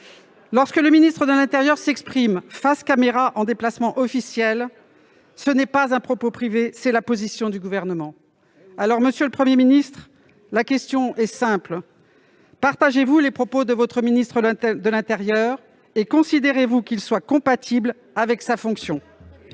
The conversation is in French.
Lorsque le ministre de l'intérieur s'exprime face caméra en déplacement officiel, le propos qu'il tient n'est pas un propos privé : c'est la position du Gouvernement. Oui ! Monsieur le Premier ministre, ma question est simple : partagez-vous les propos de votre ministre de l'intérieur ? Considérez-vous qu'ils soient compatibles avec sa fonction ?